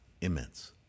immense